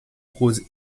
prose